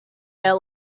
air